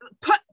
put